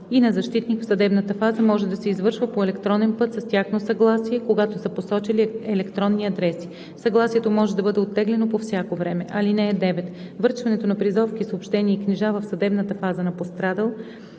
и на защитник в съдебната фаза може да се извършва по електронен път с тяхно съгласие, когато са посочили електронни адреси. Съгласието може да бъде оттеглено по всяко време. (9) Връчването на призовки, съобщения и книжа в съдебната фаза на пострадал,